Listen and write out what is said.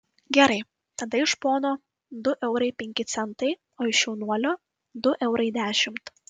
gerai tada iš pono du eurai penki centai o iš jaunuolio du eurai dešimt